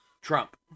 Trump